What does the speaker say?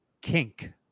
kink